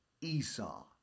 Esau